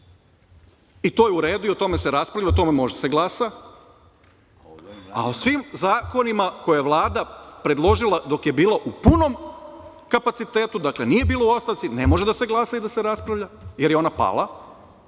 i to je u redu i o tome se raspravlja, o tome može da se glasa, ali o svim zahtevima koje je Vlada predložila dok je bila u punom kapacitetu, dakle nije bila u ostavci, ne može da se glasa i da se raspravlja, jer je ona pala,